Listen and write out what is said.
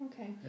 Okay